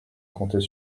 comptait